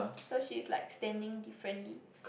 so she's like standing differently